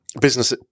business